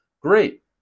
great